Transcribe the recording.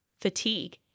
fatigue